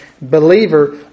believer